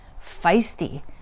feisty